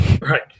Right